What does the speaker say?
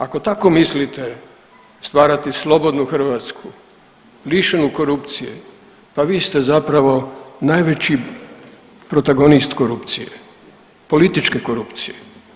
Ako tako mislite stvarati slobodnu Hrvatsku lišenu korupcije, pa vi ste zapravo najveći protagonist korupcije, političke korupcije.